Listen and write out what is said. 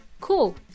Cool